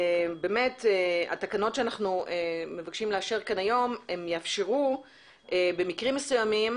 התקנות שאנחנו מבקשים כאן היום לאשר יאפשרו במקרים מסוימים